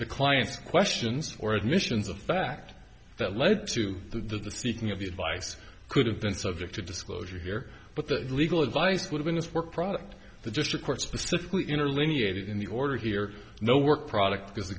the client's questions or admissions of fact that led to the seeking of the advice could have been subject to disclosure here but the legal advice would've been his work product the district court specifically interlinear it in the order here no work product because the